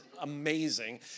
amazing